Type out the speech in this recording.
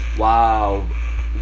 Wow